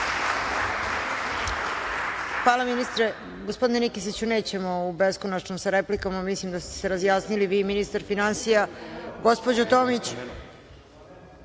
Hvala, ministre. Gospodine Nikeziću, nećemo u beskonačnost sa replikama. Mislim da ste se razjasnili vi i ministar finansija. Poštovane